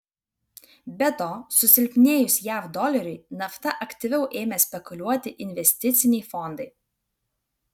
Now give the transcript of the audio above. be to susilpnėjus jav doleriui nafta aktyviau ėmė spekuliuoti investiciniai fondai